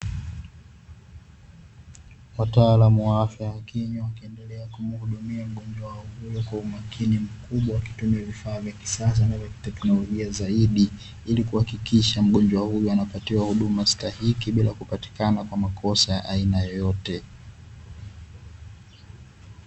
Wataalamu wa afya ya kinywa wakiendelea kumuhudumia ugonjwa kwa umakini mkubwa akitumia vifaa vya kisasa ambavyo teknolojia zaidi, ili kuhakikisha mgonjwa huyu anapatiwa huduma stahiki bila kupatikana kwa makosa ya aina yoyote.